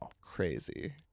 Crazy